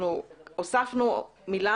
אנחנו הוספנו מילה,